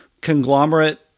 conglomerate